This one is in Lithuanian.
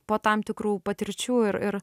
po tam tikrų patirčių ir ir